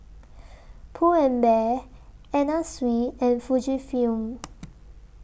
Pull and Bear Anna Sui and Fujifilm